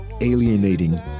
alienating